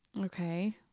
Okay